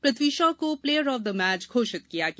पृथ्वी शॉ को player of the match घोषित किया गया